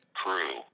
crew